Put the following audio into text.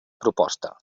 proposta